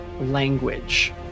language